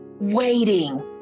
waiting